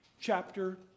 Chapter